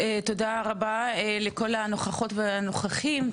תודה רבה לכל הנוכחות והנוכחים,